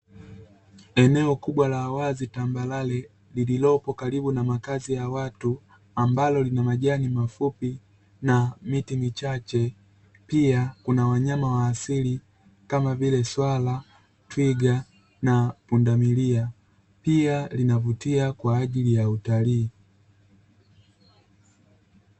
Eneo kubwa la wazi tambarare lililopo karibu na makazi ya watu, ambalo lina majani mafupi na miti michache, pia kuna wanyama wa asili kama vile: swala, twiga na pundamilia; pia linavutia kwa ajili ya utalii.